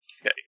Okay